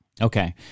okay